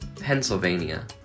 Pennsylvania